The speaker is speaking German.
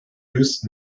höchst